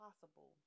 possible